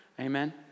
amen